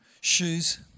shoes